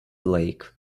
lake